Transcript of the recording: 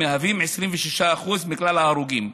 המהווים 26% מכלל ההרוגים,